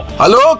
Hello